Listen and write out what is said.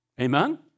Amen